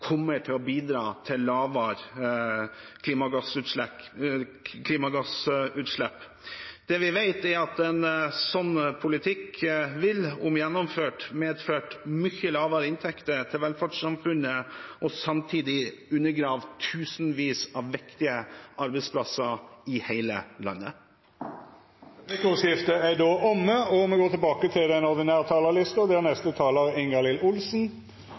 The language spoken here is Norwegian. kommer til å bidra til lavere klimagassutslipp. Det vi vet, er at en sånn politikk vil – om gjennomført – medføre mye lavere inntekter til velferdssamfunnet og samtidig undergrave tusenvis av viktige arbeidsplasser i hele landet. Replikkordskiftet er omme. Dei talarane som heretter får ordet, har ei taletid på inntil 3 minutt. Jeg viser til saken om utbygging og